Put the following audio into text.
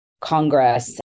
Congress